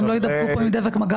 והם לא יידבקו פה עם דבק מגע.